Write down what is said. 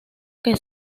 que